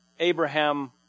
Abraham